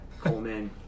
Coleman